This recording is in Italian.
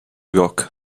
rock